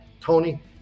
Tony